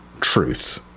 truth